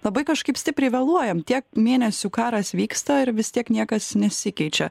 labai kažkaip stipriai vėluojam tiek mėnesių karas vyksta ir vis tiek niekas nesikeičia